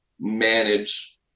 manage